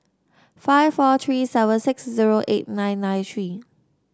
five four three seven six zero eight nine nine three